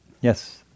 Yes